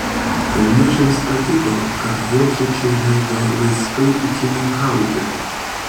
kaimiečiams patiko kad vokiečiai leido laisvai ūkininkauti